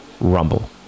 Rumble